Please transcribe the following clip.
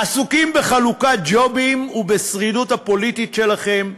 עסוקים בחלוקת ג'ובים ובשרידות הפוליטית שלכם.